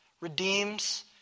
redeems